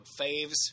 faves